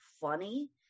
funny